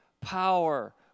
power